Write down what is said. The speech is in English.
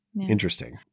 Interesting